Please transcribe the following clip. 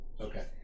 Okay